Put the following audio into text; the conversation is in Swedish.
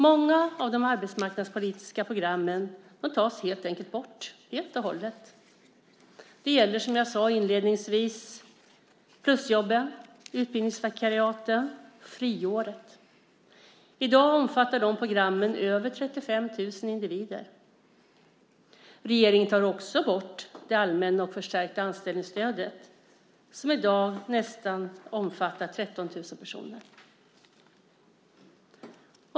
Många av de arbetsmarknadspolitiska programmen tas helt enkelt bort helt och hållet. Det gäller, som jag sade inledningsvis, plusjobben, utbildningsvikariaten och friåret. I dag omfattar de programmen över 35 000 individer. Regeringen tar också bort det allmänna och förstärkta anställningsstödet, som i dag omfattar nästan 13 000 personer.